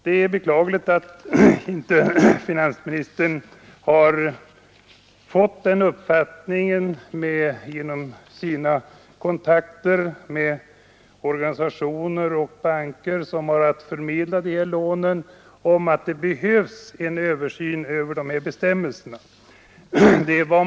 Det är beklagligt att finansministern inte genom sina kontakter med organisationer och banker, som har att förmedla dessa lån, har fått en uppfattning om att det behövs en översyn av bestämmelserna.